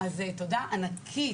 תודה ענקית,